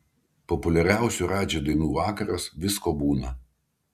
populiariausių radži dainų vakaras visko būna